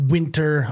winter